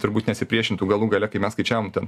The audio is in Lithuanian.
turbūt nesipriešintų galų gale kai mes skaičiavome ten